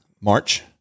March